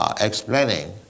explaining